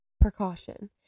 precaution